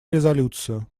резолюцию